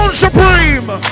supreme